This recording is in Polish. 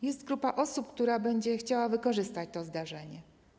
Jest grupa osób, która będzie chciała wykorzystać to zdarzenie.